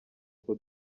uko